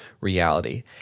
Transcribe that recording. reality